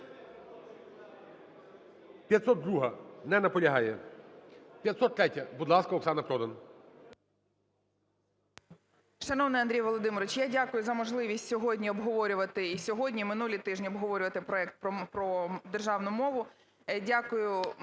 502-а. Не наполягає. 503-я. Будь ласка, Оксана Продан.